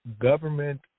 government